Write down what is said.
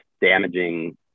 damaging